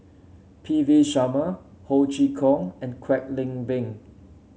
P V Sharma Ho Chee Kong and Kwek Leng Beng